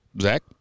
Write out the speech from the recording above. Zach